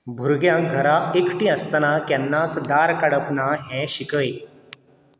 भुरग्यांक घरा एकटीं आसताना केन्नाच दार काडप ना हें शिकय